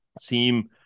seem